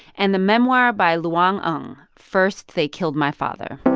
and the memoir by loung ung, first they killed my father.